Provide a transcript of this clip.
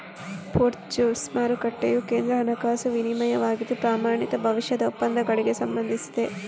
futures ಮಾರುಕಟ್ಟೆಯು ಕೇಂದ್ರ ಹಣಕಾಸು ವಿನಿಮಯವಾಗಿದ್ದು, ಪ್ರಮಾಣಿತ ಭವಿಷ್ಯದ ಒಪ್ಪಂದಗಳಿಗೆ ಸಂಬಂಧಿಸಿದೆ